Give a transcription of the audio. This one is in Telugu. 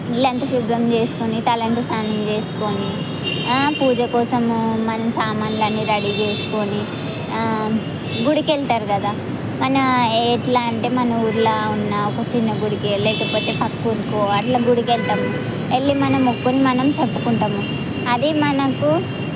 ఇళ్ళు అంతా శుభ్రం చేసుకుని తలంటు స్నానం చేసుకుని ఆ పూజ కోసం మన సామాన్లు అన్నీ రెడీ చేసుకుని ఆ గుడికి వెళ్తారు కదా మన ఎట్లా అంటే మన ఊళ్ళో ఉన్న ఒక చిన్న గుడికి లేకపోతే పక్క ఊరికో అట్లా గుడికి వెళ్తాం వెళ్ళి మన మొక్కులు మనం చెప్పుకుంటాము అది మనకు